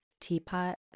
teapot